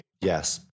Yes